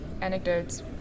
anecdotes